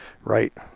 right